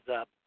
up